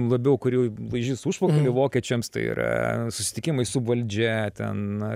labiau kurių laižys užpakalį vokiečiams tai yra susitikimai su valdžia ten